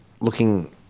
looking